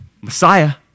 Messiah